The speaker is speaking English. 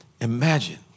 imagine